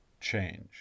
change